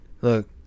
Look